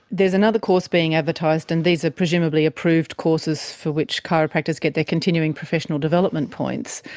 there's another course being advertised, and these are presumably approved courses for which chiropractors get their continuing professional development points,